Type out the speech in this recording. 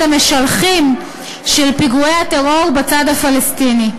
המשלחים של פיגועי הטרור בצד הפלסטיני,